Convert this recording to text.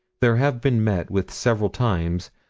there have been met with several times,